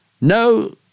No